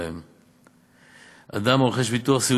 וחברת הביטוח נדרשת לעמוד מאחורי התחייבויותיה לא